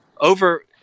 over